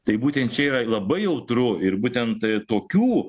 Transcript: tai būtent čia yra labai jautru ir būtent tokių